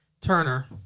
Turner